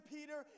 Peter